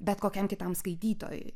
bet kokiam kitam skaitytojui